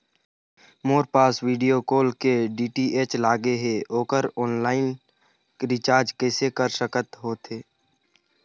मोर पास वीडियोकॉन के डी.टी.एच लगे हे, ओकर ऑनलाइन रिचार्ज कैसे कर सकत होथे?